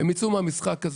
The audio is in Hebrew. הן יצאו מהמשחק הזה.